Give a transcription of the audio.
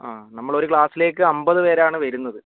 ആ നമ്മൾ ഒരു ക്ലാസ്സിലേക്ക് അൻപത് പേർ ആണ് വരുന്നത്